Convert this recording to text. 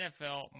NFL